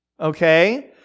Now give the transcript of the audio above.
okay